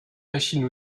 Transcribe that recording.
machine